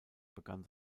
begann